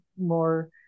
more